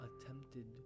attempted